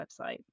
website